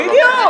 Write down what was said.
בדיוק.